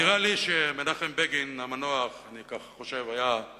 נראה לי שמנחם בגין המנוח היה מסכים,